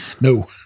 No